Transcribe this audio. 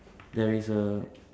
there is a